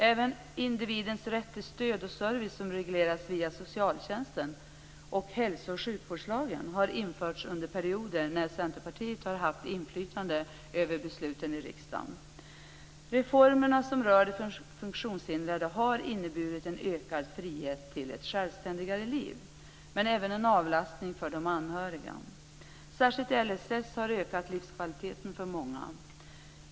Även individens rätt till stöd och service som regleras via socialtjänsten och hälso och sjukvårdslagen, har införts under perioder när Centerpartiet har haft inflytande över besluten i riksdagen. De reformer som rör de funktionshindrade har inneburit en ökad frihet och ett självständigare liv, men även en avlastning för de anhöriga. Särskilt LSS har ökat livskvaliteten för många.